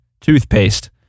toothpaste